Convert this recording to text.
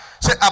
Say